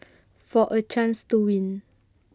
for A chance to win